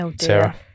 Sarah